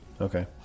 Okay